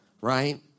right